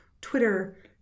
Twitter